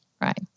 right